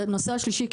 הנושא השלישי,